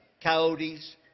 coyotes